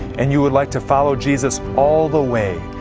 and you would like to follow jesus all the way,